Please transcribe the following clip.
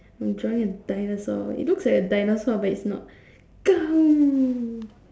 I'm drawing a dinosaur it looks like a dinosaur but it's not